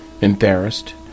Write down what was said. Embarrassed